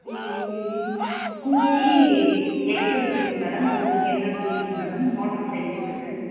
ம் ம் ம் ஸ்கூட்டி எக்ஸ்எல் இருக்குது மேடம் உங்களுக்கு என்ன பிடிக்கும் மேடம் மோட்ரு சைக்கிள் இருக்குது